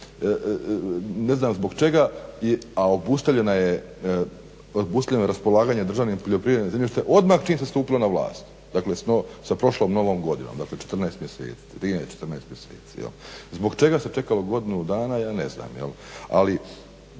obustavljena je, obustavljeno je raspolaganje državnim poljoprivrednim zemljištem odmah čim se stupilo na vlast, dakle s prošlom novom godinom, dakle 14 mjeseci, 13, 14 mjeseci. Zbog čega se čekalo godinu dana ja ne znam. A